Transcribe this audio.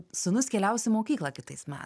sūnus keliaus į mokyklą kitais me